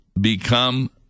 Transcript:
become